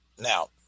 Now